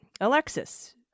Alexis